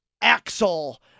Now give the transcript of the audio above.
Axel